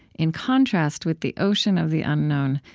in contact with the ocean of the unknown,